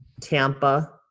Tampa